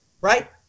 Right